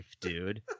dude